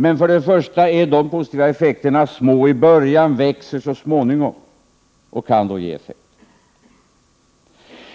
Men de positiva effekterna är små i början. De växer så småningom och kan då ge effekt.